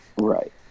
Right